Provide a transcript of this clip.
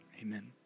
Amen